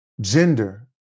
gender